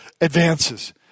advances